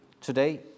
today